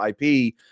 IP